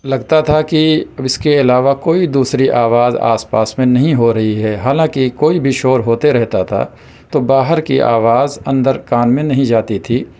لگتا تھا کہ اِس کے علاوہ کوئی دوسری آواز آس پاس میں نہیں ہورہی ہے حالانکہ کوئی بھی شور ہوتے رہتا تھا تو باہر کی آواز اندر کان میں نہیں جاتی تھی